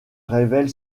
révèle